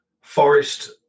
Forest